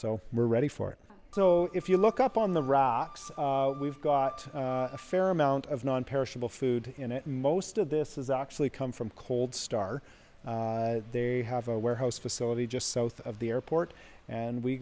so we're ready for it so if you look up on the rocks we've got a fair amount of nonperishable food in it most of this is actually come from cold star they have a warehouse facility just south of the airport and we